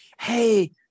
hey